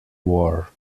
war